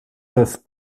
peuvent